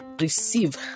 receive